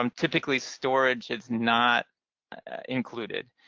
um typically storage is not included.